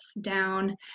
down